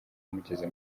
mugeze